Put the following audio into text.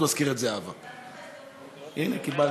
הנה, קיבלנו.